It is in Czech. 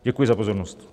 Děkuji za pozornost.